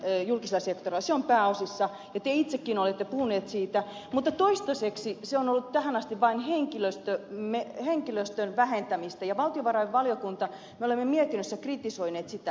se on pääosassa ja te itsekin olette puhunut siitä mutta toistaiseksi se on ollut tähän asti vain henkilöstön vähentämistä ja valtiovarainvaliokunnassa me olemme mietinnössä kritisoineet sitä